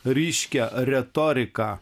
ryškia retorika